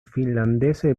finlandese